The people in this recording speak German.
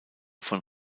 von